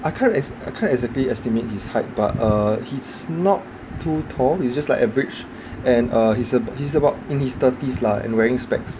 I can't e~ I can't exactly estimate his height but uh he's not too tall he's just like average and uh he's ab~ he's about in his thirties lah and wearing specs